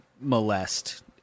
molest